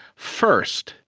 first,